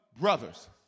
Brothers